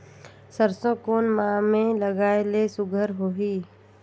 सरसो कोन माह मे लगाय ले सुघ्घर होही?